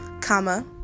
comma